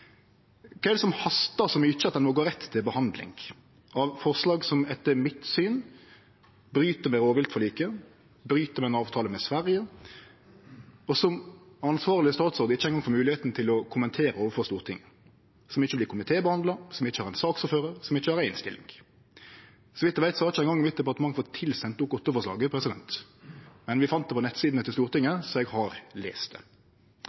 Kva er det som hastar så mykje at ein må gå rett til behandling av eit forslag som, etter mitt syn, bryt med rovviltforliket og bryt med ein avtale med Sverige? Og som ansvarleg statsråd får eg ikkje eingong moglegheit til å kommentere det overfor Stortinget, ei sak som ikkje vert komitébehandla, som ikkje har ein saksordførar, som ikkje har ei innstilling. Så vidt eg veit har ikkje eingong departementet mitt fått tilsendt Dokument 8-forslaget. Vi fann det på nettsidene til Stortinget, så eg har lese det.